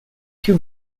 two